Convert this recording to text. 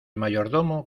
mayordomo